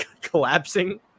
collapsing